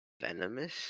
venomous